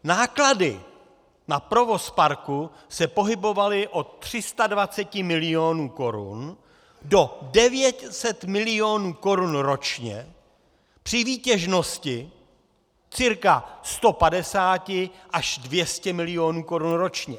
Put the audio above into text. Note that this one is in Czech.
Náklady na provoz parku se pohybovaly od 320 milionů korun do 900 milionů korun ročně při výtěžnosti cca 150 až 200 milionů korun ročně.